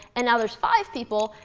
and now there's five people,